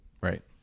right